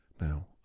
Now